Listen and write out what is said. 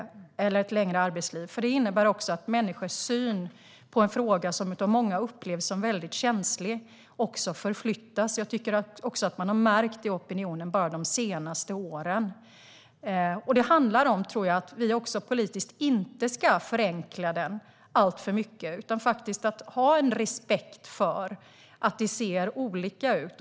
Det innebär nämligen också att det sker en förflyttning när det gäller människors syn på en fråga som av många upplevs som väldigt känslig. Jag tycker att man har märkt det i opinionen bara de senaste åren. Det handlar om att vi politiskt inte ska förenkla det alltför mycket utan faktiskt ha respekt för att det ser olika ut.